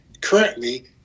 currently